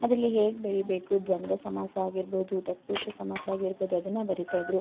ಅದರಲ್ಲಿ ಹೇಗೆ ಬರೀಬೇಕು ದ್ವಂದ್ವ ಸಮಾಸ ಆಗಿರ್ಬೋದು ತತ್ಪುರುಷ ಸಮಾಸ ಆಗಿರ್ಬೋದು ಅದನ್ನ ಬರಿತಾ ಇದ್ರು